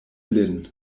lin